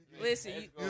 Listen